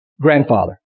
grandfather